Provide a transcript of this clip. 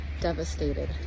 devastated